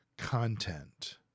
content